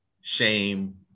shame